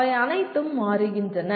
அவை அனைத்தும் மாறுகின்றன